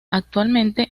actualmente